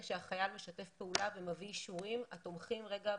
שהחייל משתף פעולה ומביא אישורים התומכים בסיפורו.